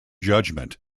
judgement